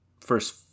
first